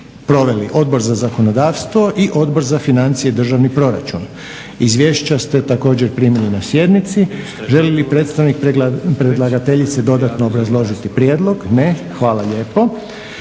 proveli Odbor za zakonodavstvo i Odbor za financije i državni proračun. Izvješća ste također primili na sjednici. Želi li predstavnik predlagateljice dodatno obrazložiti prijedlog? Ne. Hvala lijepo.